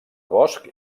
bosc